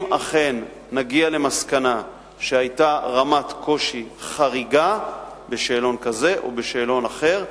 אם אכן נגיע למסקנה שהיתה רמת קושי חריגה בשאלון כזה או בשאלון אחר,